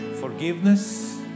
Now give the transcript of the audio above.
forgiveness